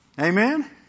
Amen